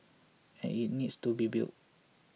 and it needs to be built